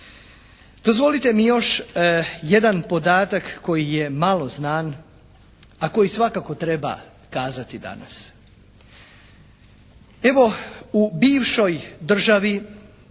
Dozvolite mi još jedan podatak koji je malo znan, a koji svakako treba kazati danas. Evo u bivšoj državi,